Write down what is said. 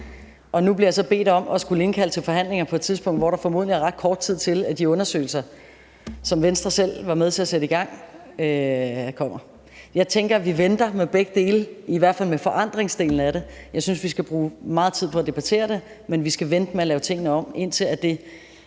om. Nu bliver jeg så bedt om at skulle indkalde til forhandlinger på et tidspunkt, hvor der formodentlig er ret kort tid, til de undersøgelser, som Venstre selv var med til at sætte i gang, kommer. Jeg tænker, at vi venter med begge dele, i hvert fald med forandringsdelen af det. Jeg synes, vi skal bruge meget tid på at debattere det, men vi skal vente med at lave tingene om, indtil